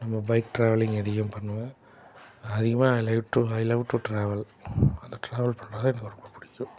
நம்ம bike travelling அதிகம் பண்ணுவேன் அதிகமாக I like to I love to travel அந்த ட்ராவல் பண்ணாலே எனக்கு ரொம்பப் பிடிக்கும்